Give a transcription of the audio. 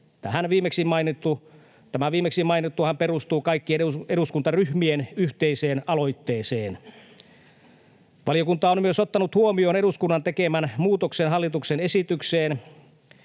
tämä viimeksi mainittuhan perustuu kaikkien eduskuntaryhmien yhteiseen aloitteeseen. Valiokunta on myös ottanut huomioon eduskunnan tekemän muutoksen hallituksen esitykseen